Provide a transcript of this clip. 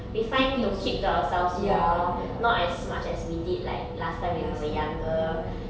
we find to keep to ourselves more not as much as we did like last time when we were younger